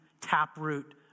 taproot